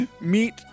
meet